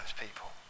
people